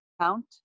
count